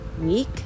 week